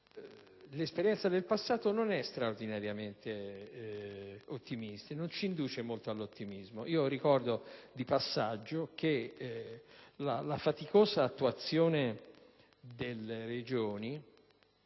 l'esperienza del passato non è straordinariamente ottimistica, cioè non ci induce molto all'ottimismo. Ricordo, di passaggio, che la faticosa attuazione delle Regioni